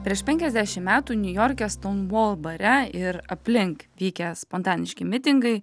prieš penkiasdešim metų niujorke stonvol bare ir aplink vykę spontaniški mitingai